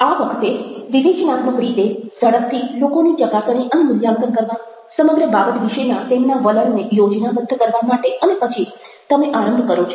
આ વખતે વિવેચનાત્મક રીતે ઝડપથી લોકોની ચકાસણી અને મૂલ્યાંકન કરવા સમગ્ર બાબત વિશેના તેમના વલણને યોજનાબદ્ધ કરવા માટે અને પછી તમે આરંભ કરો છો